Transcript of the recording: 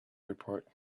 report